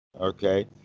Okay